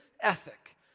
ethic